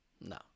No